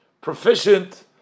proficient